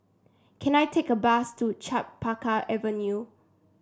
can I take a bus to Chempaka Avenue